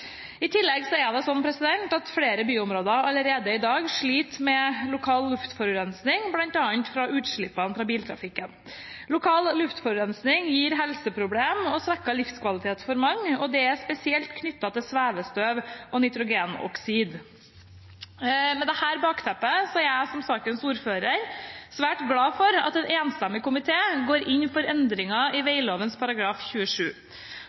I tillegg er det slik at flere byområder allerede i dag sliter med lokal luftforurensing, bl.a. fra utslippene fra biltrafikken. Lokal luftforurensning gir helseproblemer og svekket livskvalitet for mange. Det er spesielt knyttet til svevestøv og nitrogenoksid. Med dette som bakteppe er jeg som sakens ordfører svært glad for at en enstemmig komité går inn for endringer i veglovens § 27.